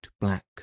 black